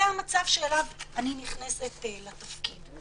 זה המצב שאליו אני נכנסת לתפקיד.